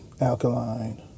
alkaline